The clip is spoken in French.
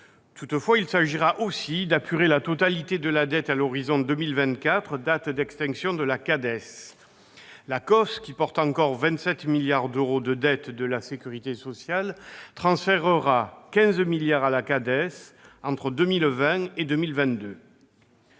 Toutefois, il s'agira aussi d'apurer la totalité de la dette à l'horizon de 2024, date d'extinction de la CADES. L'ACOSS, qui porte encore 27 milliards d'euros de dette de la sécurité sociale, transférera 15 milliards d'euros à la CADES entre 2020 et 2022.